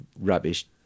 rubbish